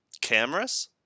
cameras